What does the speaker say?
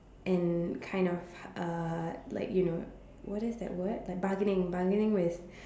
and kind of uh like you know what is that word like bargaining bargaining with